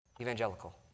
Evangelical